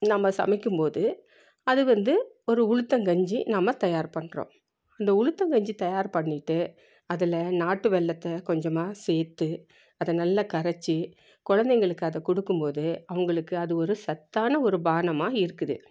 நம்ம சமைக்கும்போது அது வந்து ஒரு உளுத்தங்கஞ்சி நம்ம தயார் பண்ணுறோம் அந்த உளுத்தங்கஞ்சி தயார் பண்ணிவிட்டு அதில் நாட்டு வெல்லத்தை கொஞ்சமாக சேர்த்து அதை நல்லா கரைச்சி குழந்தைங்களுக்கு அதை கொடுக்கும்போது அவங்களுக்கு அது ஒரு சத்தான ஒரு பானமாக இருக்குது